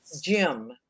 Jim